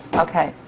okay.